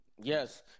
Yes